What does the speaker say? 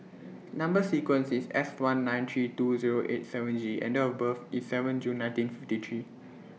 Number sequence IS S one nine three two Zero eight seven G and Date of birth IS seven June nineteen fifty three